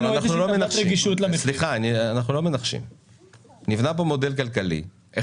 נבנה כאן מודל כלכלי.